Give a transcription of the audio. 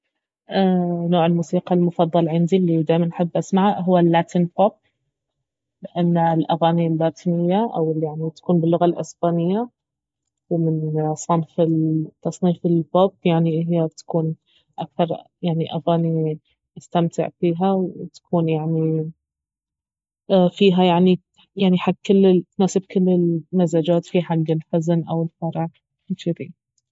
نوع الموسيقى المفضل عندي الي دايما احب اسمعه اهو اللاتين بوب لانه الأغاني اللاتينية او الي يعني تكون باللغة الاسبانية ومن صنف ال- تصنيف البوب يعني اهي تكون اكثر يعني أغاني اسمتع فيها وتكون يعني فيها يعني حق كل تناسب كل المزاجات في حق الحزن او الفرح وجذي